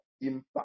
impact